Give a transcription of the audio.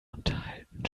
unterhalten